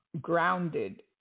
grounded